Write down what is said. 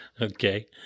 okay